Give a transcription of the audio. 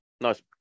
nice